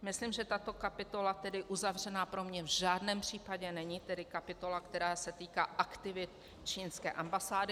Myslím, že tato kapitola tedy uzavřená pro mě v žádném případě není, tedy kapitola, která se týká aktivit čínské ambasády.